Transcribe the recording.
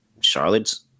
Charlotte's